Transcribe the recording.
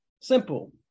Simple